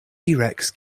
rex